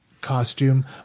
costume